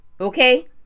okay